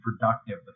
productive